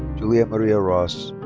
julie maria ross.